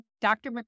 Dr